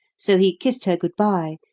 so he kissed her good-bye,